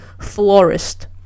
florist